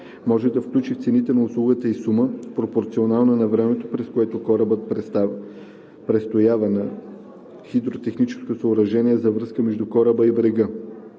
може да включи в цената на услугата и сума, пропорционална на времето, през което корабът престоява на хидротехническо съоръжение за връзка между кораба и брега.